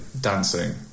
dancing